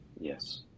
Yes